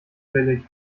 billig